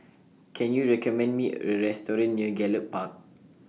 Can YOU recommend Me A Restaurant near Gallop Park